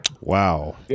Wow